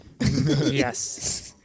Yes